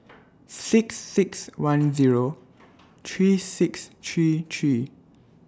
six six one Zero three six three three